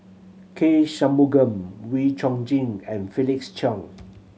K Shanmugam Wee Chong Jin and Felix Cheong